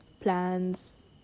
plans